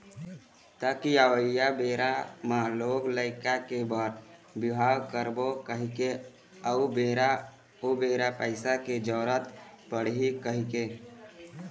ताकि अवइया बेरा म लोग लइका के बर बिहाव करबो कहिके अउ बेरा उबेरा पइसा के जरुरत पड़ही कहिके